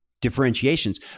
differentiations